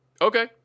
Okay